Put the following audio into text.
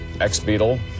ex-Beatle